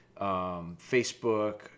Facebook